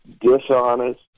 dishonest